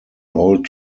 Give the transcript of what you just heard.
old